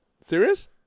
Serious